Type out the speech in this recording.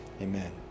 amen